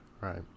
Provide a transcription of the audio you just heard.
Right